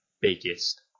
biggest